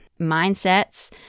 mindsets